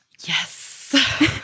Yes